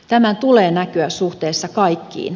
tämän tulee näkyä suhteessa kaikkiin